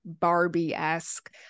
Barbie-esque